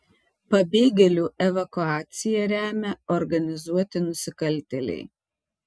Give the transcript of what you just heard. pabėgėlių evakuaciją remia organizuoti nusikaltėliai